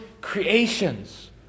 creations